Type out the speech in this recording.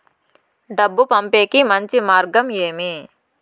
డబ్బు పంపేకి మంచి మార్గం ఏమి